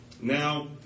Now